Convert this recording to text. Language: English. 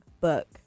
book